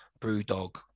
Brewdog